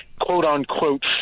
quote-unquote